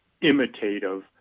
imitative